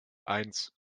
eins